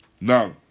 Now